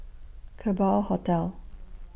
Kerbau Hotel